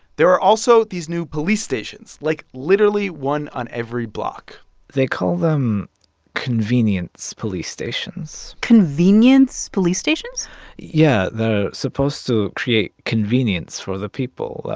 there are also these new police stations, like, literally one on every block they call them convenience police stations convenience police stations yeah, they're supposed to create convenience for the people.